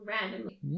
Randomly